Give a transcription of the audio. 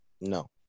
no